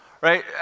right